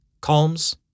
Calms